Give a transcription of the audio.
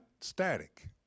static